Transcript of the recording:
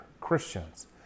Christians